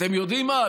אתם יודעים מה?